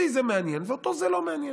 אותי זה מעניין ואותו זה לא מעניין.